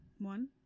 one